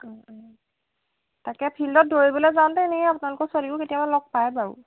তাকে ফিল্ডত দৌৰিবলৈ যাওঁতে এনেইে আপোনালোকৰ ছোৱালীকো কেতিয়াবা লগ পায় বাৰু